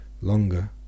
longer